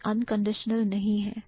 यह unconditional नहीं है